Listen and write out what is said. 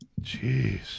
Jeez